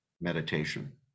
meditation